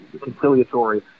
conciliatory